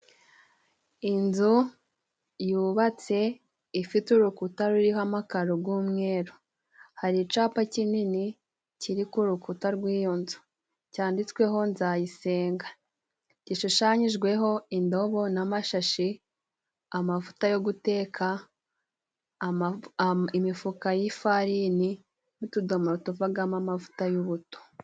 Inzu yubatse ifite urukuta ruriho amakaro g'umweru hari icapa kinini kiri ku rukuta rw'iyo nzu cyanditsweho nzayisenga gishushanyijweho indobo n'amashashi, amavuta yo guteka, imifuka y'ifarini n'utudomoro tuvagamo amavuta y'ubuto.